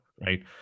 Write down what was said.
Right